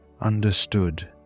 understood